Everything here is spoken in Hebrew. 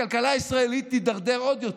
הכלכלה הישראלית תידרדר עוד יותר.